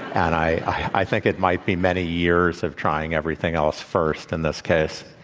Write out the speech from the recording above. and i i think it might be many years of trying everything else first, in this case.